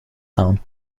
town